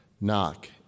Knock